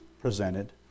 presented